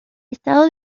estado